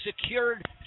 secured